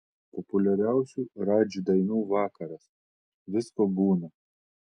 populiariausių radži dainų vakaras visko būna